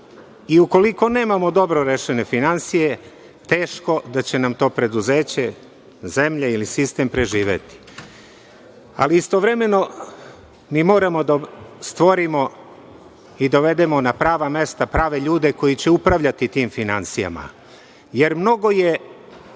i ukoliko nemamo dobro rešene finansije, teško da će nam to preduzeće, zemlja ili sistem preživeti. Istovremeno, mi moramo da stvorimo i dovedemo na prava mesta prave ljude koji će upravljati tim finansijama, jer mnogo je